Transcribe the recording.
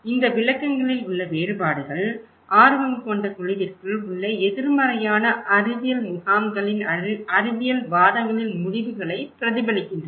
இந்த விளக்கங்களில் உள்ள வேறுபாடுகள் ஆர்வம் கொண்ட குழுவிற்குள் உள்ள எதிர்மறையான அறிவியல் முகாம்களின் அறிவியல் வாதங்களின் முடிவுகளை பிரதிபலிக்கின்றன